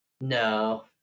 No